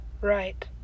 Right